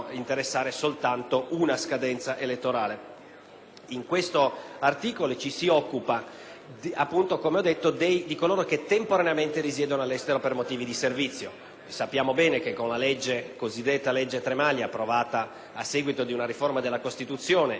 In questo articolo ci si occupa, come ho detto, di coloro che temporaneamente risiedono all'estero per motivi di servizio. Sappiamo bene che, con la cosiddetta legge Tremaglia, approvata a seguito di una riforma della Costituzione, e poi con la legge applicativa approvata alla fine del 2001,